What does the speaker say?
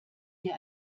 dir